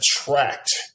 attract